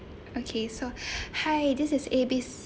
okay so hi this is A B